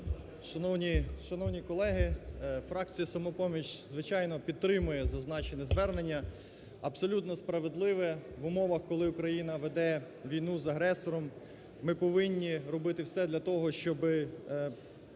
Шановні колеги, фракція "Самопоміч", звичайно, підтримує зазначене звернення абсолютне справедливе в умовах, коли Україна веде війну з агресором, ми повинні робити все для того, щоб